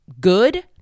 good